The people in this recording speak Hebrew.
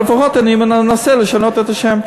אז לפחות אני מנסה לשנות את השם.